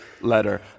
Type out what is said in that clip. letter